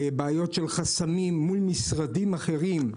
בעיות של חסמים מול משרדים אחרים.